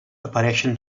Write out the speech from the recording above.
apareixen